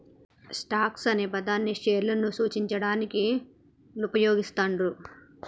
stocks అనే పదాన్ని షేర్లను సూచించడానికి వుపయోగిత్తండ్రు